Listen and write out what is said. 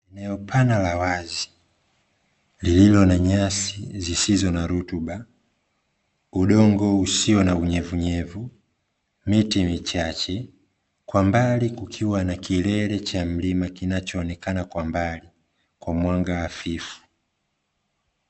Eneo pana la wazi lililo na nyasi zisizo na rutuba, udongo usio na unyevu unyevu, miti michache kwa mbali kukiwa na kilele cha mlima kinachoonekana kwa mbali kwa mwanga hafifu.